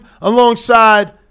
alongside